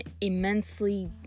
immensely